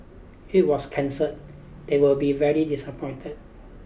it was cancelled they would be very disappointed